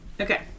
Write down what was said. Okay